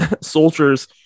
soldiers